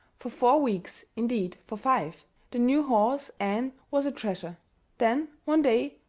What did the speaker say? for four weeks indeed, for five the new horse, ann, was a treasure then, one day,